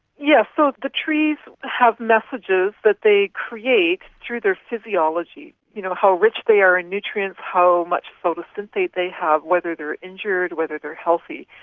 yes, so the trees have messages that they create through their physiology. you know, how rich they are in nutrients, how much photosynthate they have, whether they are injured, whether they are healthy.